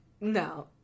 no